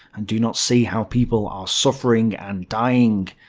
and do not see how people are suffering and dying.